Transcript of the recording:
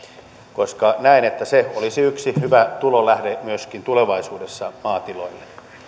koska näen että se olisi yksi hyvä tulonlähde myöskin tulevaisuudessa maatiloille